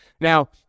Now